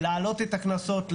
להעלות את הקנסות,